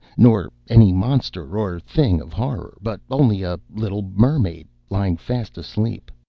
nor any monster or thing of horror, but only a little mermaid lying fast asleep.